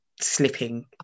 slipping